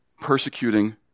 Persecuting